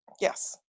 yes